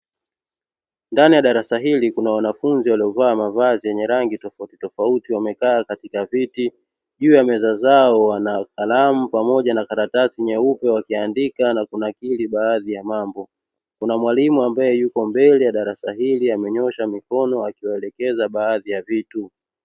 Ndani ya darasa hili kuna wanafunzi waliovaa mavazi yenye rangi tofautitofauti wamekaa katika viti, juu ya meza zao wana kalamu pamoja na karatasi nyeupe wakiandika na kunakili baadhi ya mambo kuna mwalimu ambaye yupo mbele ya darasa hili amenyoosha mikono akiwaelekeza baadhi ya vitu.